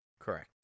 Correct